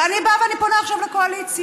ואני באה ואני פונה עכשיו לקואליציה: